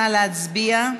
נא להצביע.